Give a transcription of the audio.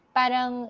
parang